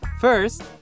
First